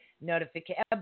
notification